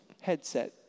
headset